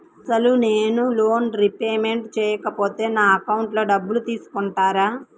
అసలు నేనూ loan repayment చేయకపోతే నా అకౌంట్లో డబ్బులు తీసుకుంటారా?